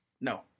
No